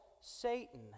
Satan